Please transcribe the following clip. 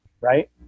right